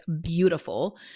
beautiful